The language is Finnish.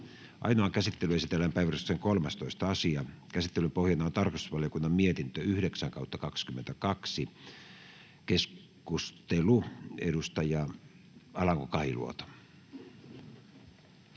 Ainoaan käsittelyyn esitellään päiväjärjestyksen 13. asia. Käsittelyn pohjana on tarkastusvaliokunnan mietintö TrVM 9/2022 vp. — Keskustelu, edustaja Alanko-Kahiluoto.